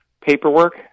paperwork